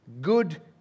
good